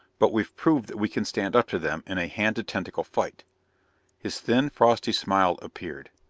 but we've proved that we can stand up to them in a hand-to-tentacle fight his thin, frosty smile appeared.